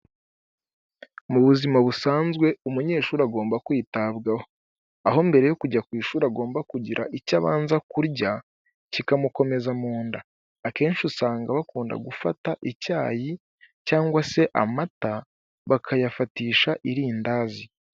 Mu buzima busanzwe umunyeshuri agomba kwitabwaho, aho mbere yo kujya ku ishuri agomba kugira icyo abanza kurya kikamukomeza mu nda akenshi usanga bakunda gufata icyayi cyangwa se amata bakayafatisha irindazi.